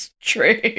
true